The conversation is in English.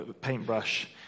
paintbrush